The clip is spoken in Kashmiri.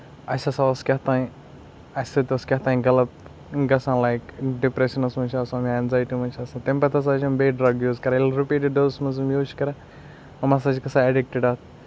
اَسہِ ہسا اوس کیاہ تانۍ اَسہِ سۭتۍ اوس کیاہ تانۍ غلط گژھان لایِک ڈِپریشنَس منٛز چھُ آسان ایٚنزیٹی منٛز چھُ آسان تَمہِ پَتہٕ ہسا چھُ یِم بیٚیہِ ڈرگ یوٗز کران ییٚلہِ رِپیٖٹِڈ دۄہَس منٛز یِم ڈرگ یوز چھِ کران یِم ہسا چھِ گژھان ایڈِکٹِڈ اَتھ